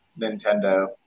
Nintendo